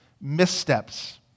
missteps